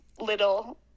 little